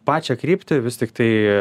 pačią kryptį vis tiktai